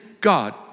God